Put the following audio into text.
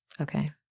okay